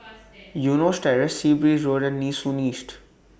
Eunos Terrace Sea Breeze Road and Nee Soon East